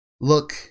look